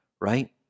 right